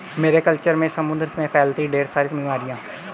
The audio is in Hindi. मैरी कल्चर से समुद्र में फैलती है ढेर सारी बीमारियां